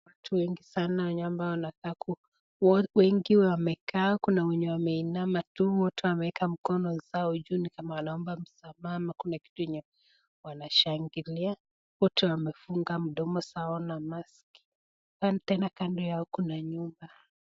Watu wengi ambao wanakaa kuwawengi wamekaa, kuna wenye wameinama tu wotewameeka mikono zao juu ni kama wanaomba msamaha ama kuna kitu yenye wanashangilia, wote wamefunga midomo zao na maski, tena kando yao kuna nyumba.